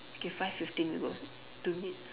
okay five fifteen we go two minutes